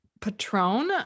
Patron